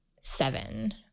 seven